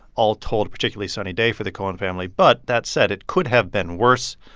all told, a particularly sunny day for the cohen family. but that said, it could have been worse.